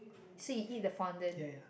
so you eat the fondant